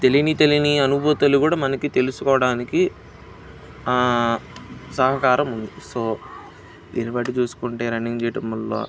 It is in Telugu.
తెలియని తెలియని అనుభూతులు కూడా మనకి తెలుసుకోవడానికి సహకారం ఉంది సో దీని బట్టి చూసుకుంటే రన్నింగ్ చెయ్యడం వల్ల